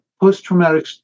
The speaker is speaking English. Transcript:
post-traumatic